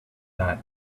that